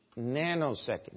nanosecond